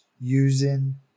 using